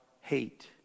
hate